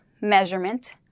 measurement